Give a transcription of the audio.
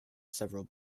several